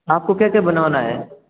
आपको क्या क्या बनवाना है